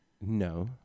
No